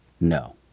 No